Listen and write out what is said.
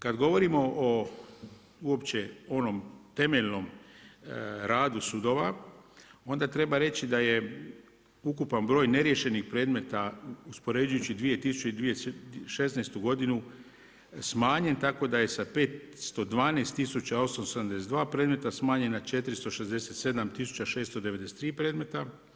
Kada govorimo o uopće onom temeljnom radu sudova onda treba reći da je ukupan broj neriješenih predmeta uspoređujući 2016. godinu smanjen tako da je sa 512 tisuća 872 predmeta smanjen na 467 tisuća 693 predmeta.